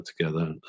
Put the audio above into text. together